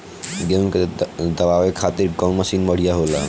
गेहूँ के दवावे खातिर कउन मशीन बढ़िया होला?